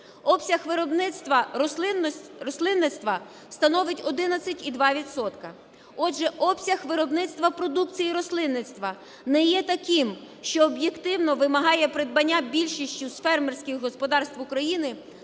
Обсяг виробництва рослинництва становить 11,2 відсотка. Отже, обсяг виробництва продукції рослинництва не є таким, що об'єктивно вимагає придбання більшістю фермерських господарств України